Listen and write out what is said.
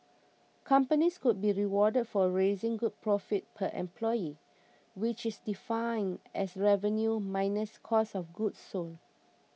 companies could be rewarded for raising gross profit per employee which is defined as revenue minus cost of goods sold